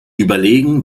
überlegen